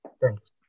Thanks